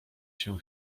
się